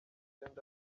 supt